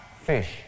fish